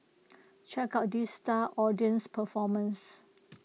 check out these star audience performers